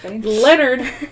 Leonard